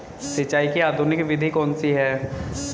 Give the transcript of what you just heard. सिंचाई की आधुनिक विधि कौन सी है?